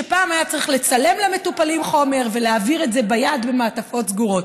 פעם היה צריך לצלם למטופלים חומר ולהעביר את זה ביד במעטפת סגורות.